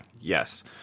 yes